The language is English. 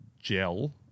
gel